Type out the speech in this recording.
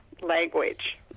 language